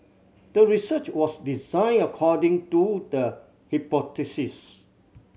the research was designed according to the hypothesis